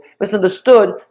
misunderstood